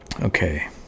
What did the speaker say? Okay